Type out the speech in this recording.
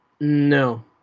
No